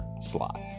slot